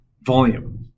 volume